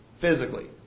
physically